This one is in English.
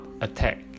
attack